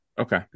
Okay